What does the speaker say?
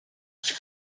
ich